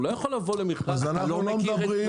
הוא לא יכול לבוא למכרז --- אתה לא מכיר את